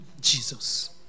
Jesus